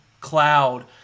cloud